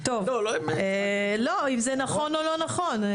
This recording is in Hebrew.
אם זה נכון או לא נכון.